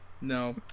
no